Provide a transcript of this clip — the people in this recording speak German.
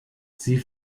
sie